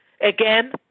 Again